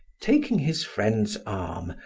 taking his friend's arm,